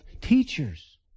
teachers